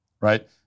Right